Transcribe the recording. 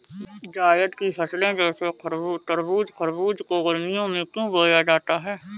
जायद की फसले जैसे तरबूज़ खरबूज को गर्मियों में क्यो बोया जाता है?